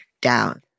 down